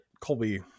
Colby